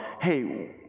hey